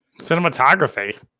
Cinematography